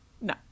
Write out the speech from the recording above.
No